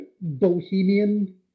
Bohemian